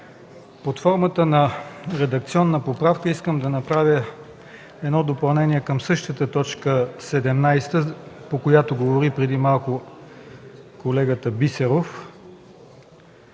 под формата на редакционна поправка искам да направя допълнение към същата т. 17, по която преди малко говори колегата Бисеров.